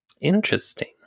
interesting